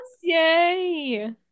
Yay